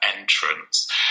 entrance